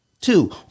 two